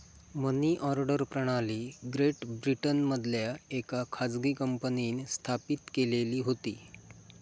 मनी order प्रणाली great ब्रिटनमधल्या येका खाजगी कंपनींन स्थापित केलेली होती